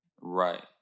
Right